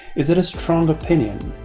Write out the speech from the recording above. is it a strong opinion?